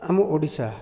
ଆମ ଓଡ଼ିଶା